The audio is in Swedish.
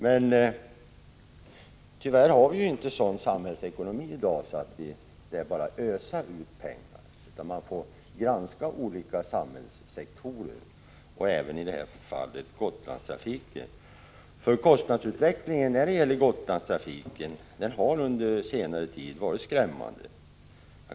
Men tyvärr har vi inte sådan samhällsekonomi i dag att det bara är att ösa ut pengar, utan vi får granska olika samhällssektorer, i det här fallet även Gotlandstrafiken. Kostnadsutvecklingen när det gäller Gotlandstrafiken har under senare tid varit skrämmande.